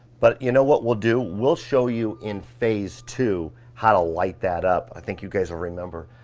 but, you know what we'll do? we'll show you in phase two, how to light that up. i think you guys will remember,